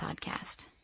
podcast